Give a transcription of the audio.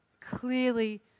clearly